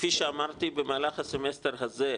כפי שאמרתי במהלך הסמסטר הזה,